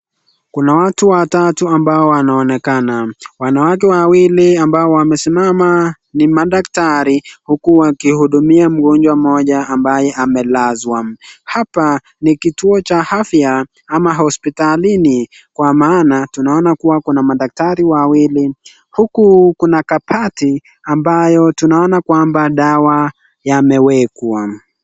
Kuna watu watatu ambao wanaonekana. Wanawake wawili ambao wamesimama ni madaktari, huku wakihudumia mgonjwa mmoja ambaye amelazwa. Hapa ni kituo cha afya ama hospitalini kwa maana tunaona kuwa kuna madaktari wawili huku kuna kabati ambayo tunaona kwamba dawa yamewekwa.